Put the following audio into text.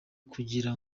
kugira